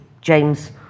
James